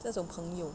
这种朋友